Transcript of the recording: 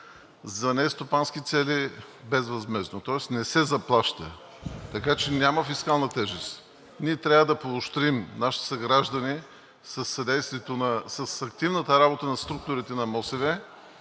за нестопански цели безвъзмездно. Тоест не се заплаща, така че няма фискална тежест. Трябва да поощрим нашите съграждани с активната работа на структурите на МОСВ,